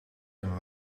een